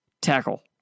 Tackle